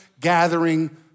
gathering